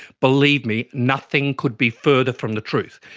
believe me nothing could be further from the truth.